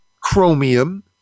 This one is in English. chromium